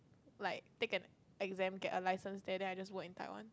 like take an exam get a license there and then I just work in Taiwan